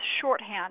shorthand